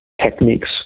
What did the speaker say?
techniques